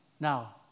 Now